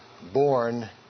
born